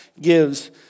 gives